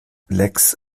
lecks